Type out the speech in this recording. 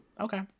okay